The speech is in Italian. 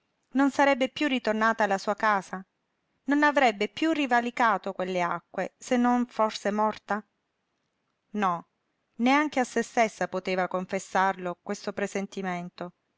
non sarebbe piú ritornata alla sua casa non avrebbe piú rivalicato quelle acque se non forse morta no neanche a se stessa poteva confessarlo questo presentimento